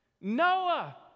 Noah